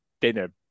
dinner